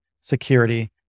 security